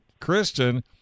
Kristen